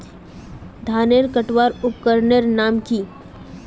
धानेर कटवार उपकरनेर नाम की?